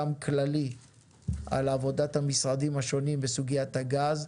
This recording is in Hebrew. גם כללי על עבודת המשרדים השונים בסוגיית הגז,